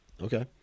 Okay